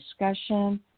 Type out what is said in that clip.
discussion